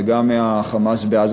וגם מה"חמאס" בעזה,